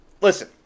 Listen